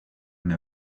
une